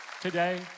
Today